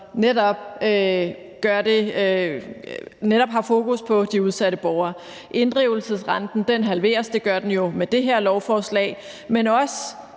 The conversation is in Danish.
netop har fokus på de udsatte borgere. Inddrivelsesrenten halveres jo med det her lovforslag, men også